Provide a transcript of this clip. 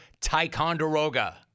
Ticonderoga